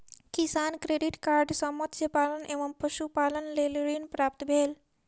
किसान credit card सॅ मत्स्य पालन एवं पशुपालनक लेल ऋण प्राप्त भेल